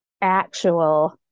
actual